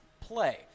play